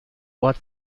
ort